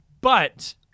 But-